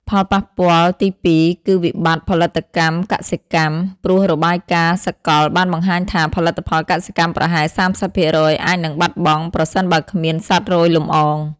ផលប៉ះពាល់ទីពីរគឺវិបត្តិផលិតកម្មកសិកម្ម ព្រោះរបាយការណ៍សកលបានបង្ហាញថា ផលិតផលកសិកម្មប្រហែល ៣០% អាចនឹងបាត់បង់ ប្រសិនបើគ្មានសត្វរោយលំអង។